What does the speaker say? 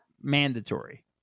mandatory